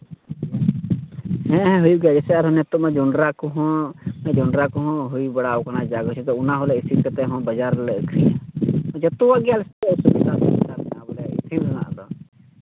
ᱦᱮᱸ ᱦᱮᱸ ᱦᱳᱭ ᱚᱱᱠᱟ ᱜᱮ ᱡᱮᱭᱥᱮ ᱟᱨ ᱦᱚᱸ ᱱᱤᱛᱚᱜᱢᱟ ᱡᱚᱸᱰᱨᱟ ᱠᱚ ᱦᱚᱸ ᱡᱚᱸᱰᱨᱟ ᱠᱚ ᱦᱚᱸ ᱦᱩᱭ ᱵᱟᱲᱟᱣᱟᱠᱟᱱᱟ ᱡᱟᱠᱚᱥᱴᱚ ᱛᱮ ᱚᱱᱟ ᱦᱚᱸᱞᱮ ᱤᱥᱤᱱ ᱠᱟᱛᱮᱫ ᱞᱮ ᱵᱟᱡᱟᱨ ᱨᱮᱞᱮ ᱟᱹᱠᱷᱨᱤᱧᱟ ᱡᱚᱛᱚᱣᱟᱜ ᱜᱮ ᱟᱞᱮ ᱥᱮᱫ ᱫᱚ ᱤᱥᱤᱱ ᱨᱮᱱᱟᱜ ᱥᱩᱵᱤᱫᱷᱟ ᱢᱮᱱᱟᱜᱼᱟ ᱵᱚᱞᱮ ᱤᱥᱤᱱ ᱨᱮᱱᱟᱜ ᱫᱚ